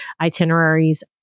itineraries